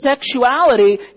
sexuality